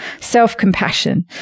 self-compassion